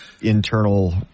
internal